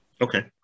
Okay